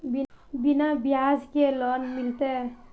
बिना ब्याज के लोन मिलते?